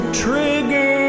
trigger